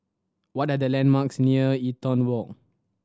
what are the landmarks near Eaton Walk